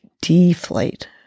deflate